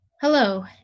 Hello